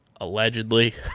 allegedly